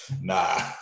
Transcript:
Nah